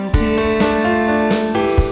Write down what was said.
tears